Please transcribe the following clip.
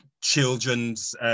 children's